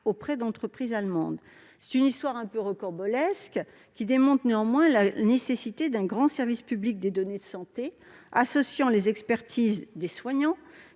des entreprises allemandes. Cette histoire un peu rocambolesque démontre la nécessité d'un grand service public des données de santé associant les expertises des soignants,